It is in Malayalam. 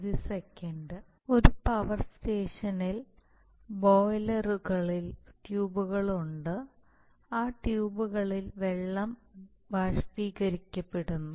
ഒരു പവർ സ്റ്റേഷനിൽ ബോയിലറുകളിൽ ട്യൂബുകളുണ്ട് ആ ട്യൂബുകളിൽ വെള്ളം ബാഷ്പീകരിക്കപ്പെടുന്നു